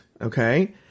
okay